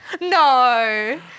No